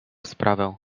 sprawę